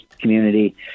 community